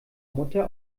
mutter